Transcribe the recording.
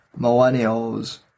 millennials